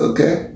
Okay